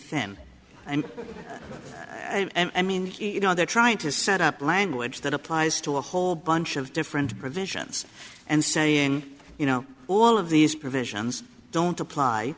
thin and and i mean you know they're trying to set up language that applies to a whole bunch of different provisions and saying you know all of these provisions don't apply